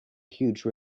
huge